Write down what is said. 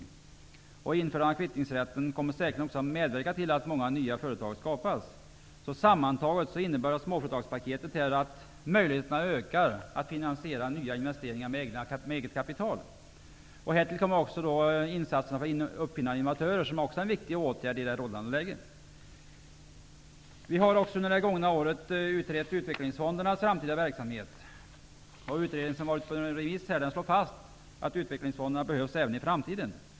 Införandet av kvittningsrätten kommer säkert också att medverka till att många nya företag skapas. Sammantaget innebär småföretagspaketet att möjligheterna att finansiera nya investeringar med eget kapital kommer att öka. Härtill kommer också insatser för uppfinnare och innovatörer som också är en viktig åtgärd i det rådande läget. Vi har också under det gångna året utrett utvecklingsfondernas framtida verksamhet. Utredningen, som har varit ute på remiss, slår fast att utvecklingsfonderna behövs även i framtiden.